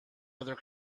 other